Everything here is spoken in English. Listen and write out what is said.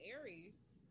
Aries